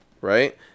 right